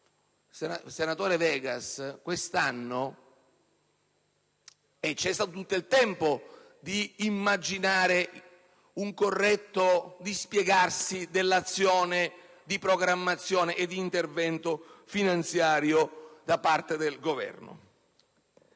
ministro Vegas, vi è stato tutto il tempo di immaginare un corretto dispiegarsi dell'azione di programmazione e di intervento finanziario da parte del Governo